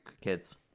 kids